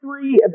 three